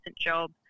job